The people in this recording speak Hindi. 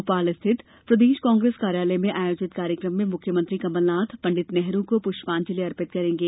भोपाल स्थित प्रदेश कांग्रेस कार्यालय में आयोजित कार्यक्रम में मुख्यमंत्री कमलनाथ पंडित नेहरू को पुष्पांजलि अर्पित करेंगे